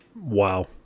Wow